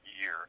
year